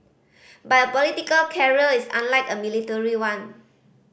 but a political career is unlike a military one